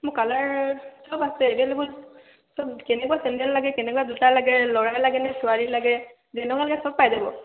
মোৰ কালাৰ সব আছে এভেইলেবল সব কেনেকুৱা চেণ্ডেল লাগে কেনেকুৱা জোতা লাগে ল'ৰাৰ লাগে নে ছোৱালীৰ লাগে যেনেকুৱ লাগে সব পাই যাব